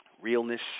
realness